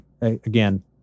again